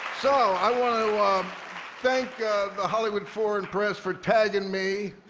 so, i want to um thank the hollywood foreign press for tagging me.